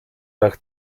nach